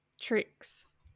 tricks